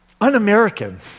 un-American